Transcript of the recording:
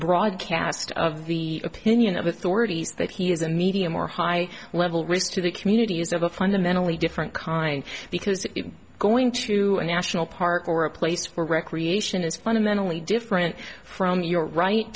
broadcast of the opinion of authorities that he is a medium or high level risk to the community use of a fundamentally different kind because it is going to a national park or a place for recreation is fundamentally different from your right